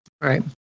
Right